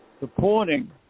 supporting